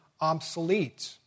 obsolete